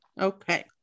Okay